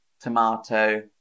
tomato